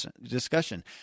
discussion